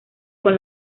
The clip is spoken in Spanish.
con